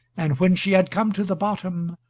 and when she had come to the bottom,